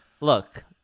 Look